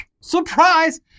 surprise